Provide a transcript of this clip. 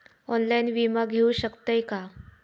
Online विमा घेऊ शकतय का?